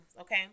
Okay